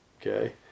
okay